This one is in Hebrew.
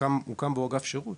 שהוקם בו אגף שירות